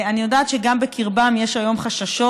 אני יודעת שגם בקרבם יש היום חששות,